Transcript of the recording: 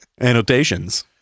annotations